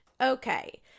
Okay